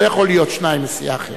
לא יכול להיות שניים מסיעה אחרת.